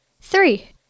Three